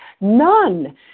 None